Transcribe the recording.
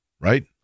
Right